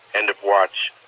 end of watch.